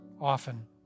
often